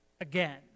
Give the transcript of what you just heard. again